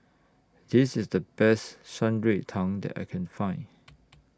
This IS The Best Shan Rui Tang that I Can Find